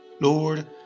lord